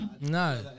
No